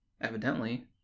Evidently